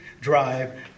drive